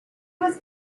was